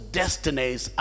destinies